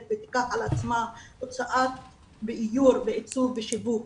ותיקח על עצמה הוצאה ואיור ועיצוב ושיווק.